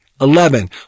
Eleven